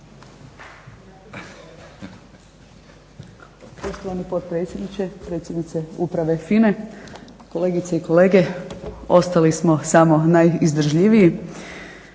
predsjednice uprave FINA-e, kolegice i kolege ostali smo samo najizdržljiviji.